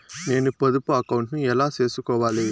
నేను పొదుపు అకౌంటు ను ఎలా సేసుకోవాలి?